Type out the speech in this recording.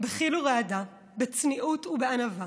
בחיל ורעדה, בצניעות ובענווה